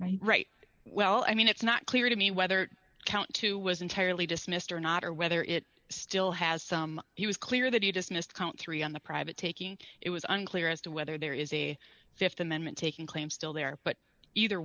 and right well i mean it's not clear to me whether count two was entirely dismissed or not or whether it still has some he was clear that he dismissed count three on the private taking it was unclear as to whether there is a th amendment taking claim still there but either